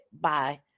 by-